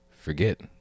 forget